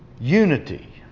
Unity